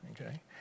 Okay